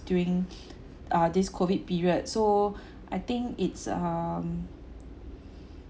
during uh this COVID period so I think it's um